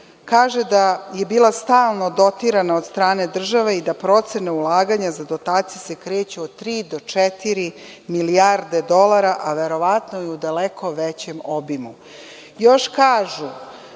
kaže da je bila stalno dotirana od strane države i da procene ulaganja za dotacije se kreću od tri do četiri milijarde dolara, a verovatno i u daleko većem obimu. Još kažu